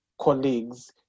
colleagues